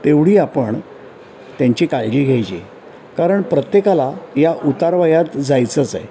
तेवढी आपण त्यांची काळजी घ्यायचीचे कारण प्रत्येकाला या उतारवायात जायचंच आहे